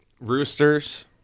roosters